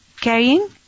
Carrying